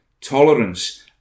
tolerance